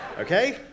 Okay